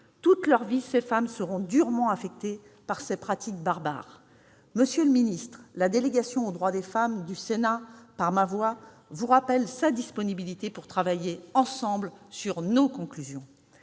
Toute leur vie, ces femmes seront durement affectées par ces pratiques barbares. Monsieur le secrétaire d'État, la délégation aux droits des femmes du Sénat, par ma voix, vous rappelle sa disponibilité pour travailler ensemble sur nos conclusions.